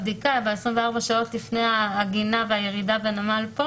הבדיקה ב-24 שעות לפני העגינה והירידה בנמל כאן,